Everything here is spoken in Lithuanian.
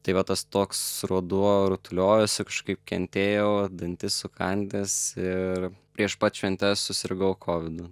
tai va tas toks ruduo rutuliojosi kažkaip kentėjau dantis sukandęs ir prieš pat šventes susirgau kovidu